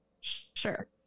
Sure